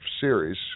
series